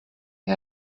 què